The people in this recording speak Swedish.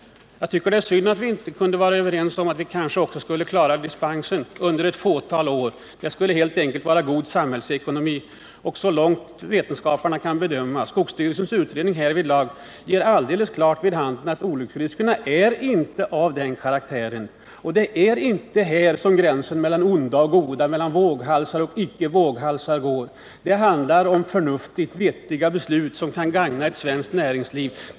Jag tycker det är synd att vi inte kan vara överrens om också att ge dispens under ett fåtal år. Det skulle helt enkelt vara god samhällsekonomi. Så långt vetenskaparna kan bedöma — skogsstyrelsens utredning ger härvidlag klart besked — är olycksriskerna inte av den karaktären att det är här gränsen går mellan onda och goda, mellan våghalsar och icke våghalsar. Det handlar om förnuftiga, vettiga beslut som kan gagna svenskt näringsliv.